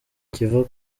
kiva